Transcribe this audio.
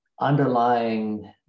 underlying